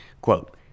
quote